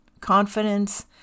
confidence